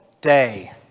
day